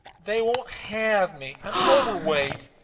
they won't have me. i'm overweight.